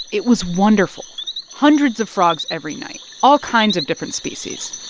it was wonderful hundreds of frogs every night, all kinds of different species